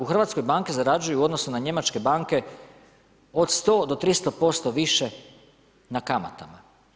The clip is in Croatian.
U Hrvatskoj banke zarađuju u odnosu na njemačke banke od 100 do 300% više na kamatama.